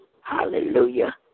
hallelujah